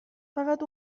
فقط